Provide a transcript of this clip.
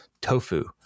tofu